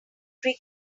free